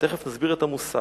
ותיכף נסביר את המושג.